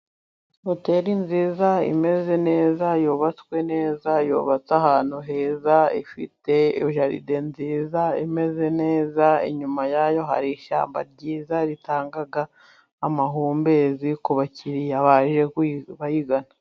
Hoteri nziza imeze neza yubatswe neza. Yubatse ahantu heza ifite jaride nziza. Imeze neza, inyuma yayo hari ishyamba ryiza ritanga amahumbezi kuba bakiriya baje bayigana.